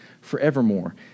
forevermore